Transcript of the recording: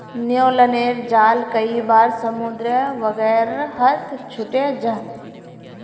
न्य्लोनेर जाल कई बार समुद्र वगैरहत छूटे जाह